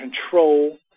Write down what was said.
control